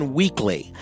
weekly